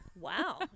Wow